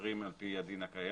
שמתאפשרים על פי הדין הקיים.